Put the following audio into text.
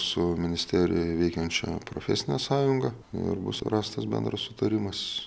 su ministerijoje veikiančia profesine sąjunga ir bus rastas bendras sutarimas